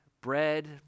bread